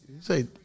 say